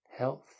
Health